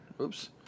Oops